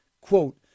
quote